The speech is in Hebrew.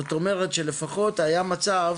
זאת אומרת שלפחות היה מצב